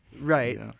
Right